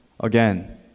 Again